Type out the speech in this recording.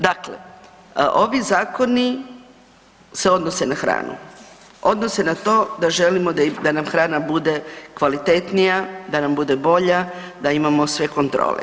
Dakle, ovi zakoni se odnose na hranu, odnose na to da želimo da nam hrana bude kvalitetnija, da nam bude bolja, da imamo sve kontrole.